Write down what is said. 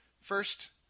First